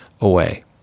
away